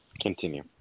Continue